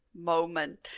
moment